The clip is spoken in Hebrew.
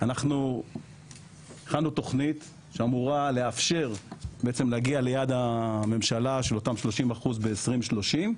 אנחנו הכנו תוכנית שאמורה לאפשר להגיע ליעד הממשלה של אותם 30% ב-2030.